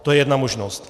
To je jedna možnost.